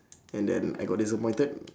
and then I got disappointed